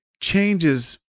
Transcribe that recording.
changes